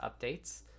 updates